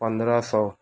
پندرہ سو